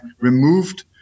removed